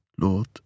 Lord